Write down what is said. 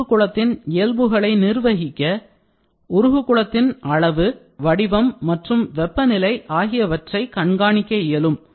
உருகு குளத்தின் இயல்புகளை நிர்வகிக்க உருகு குளத்தின் அளவு வடிவம் மற்றும் வெப்பநிலை ஆகியவற்றை கண்காணிக்க இயலும்